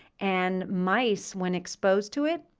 and mice when exposed to it,